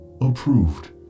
approved